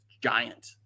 Giant